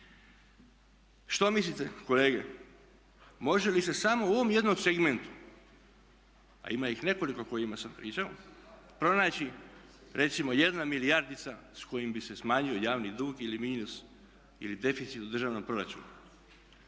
Što mislite kolege može li se samo u ovoj jednom segmentu, a ima ih nekoliko o kojima sam pričao, pronaći recimo jedna milijardica s kojim bi se smanjio javni dug ili minus ili deficit u državnom proračunu?